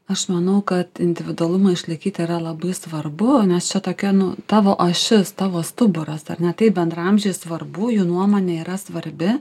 aš manau kad individualumą išlaikyt yra labai svarbu nes čia tokia nu tavo ašis tavo stuburas ar ne taip bendraamžiai svarbu jų nuomonė yra svarbi